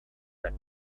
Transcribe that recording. that